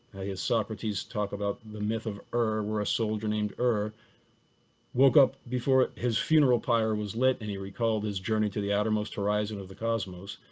as socrates talks about the myth of er, where a soldier named er woke up before his funeral pyre was lit. and he recalled his journey to the outermost horizon of the cosmos.